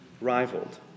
rivaled